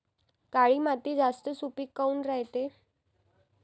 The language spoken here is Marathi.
काळी माती जास्त सुपीक काऊन रायते?